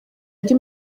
ndi